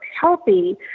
healthy